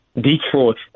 Detroit